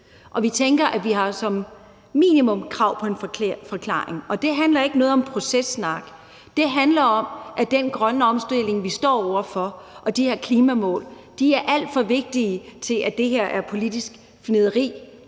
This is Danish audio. vi tænker, at vi som minimum har krav på en forklaring, og det handler ikke om processnak. Det handler om, at den grønne omstilling, vi står over for, og de her klimamål er alt for vigtige til, at det her er politisk fnidder,